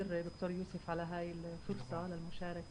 (אומרת דברים בשפה הערבית להלן התרגום החופשי)